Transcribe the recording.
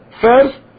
First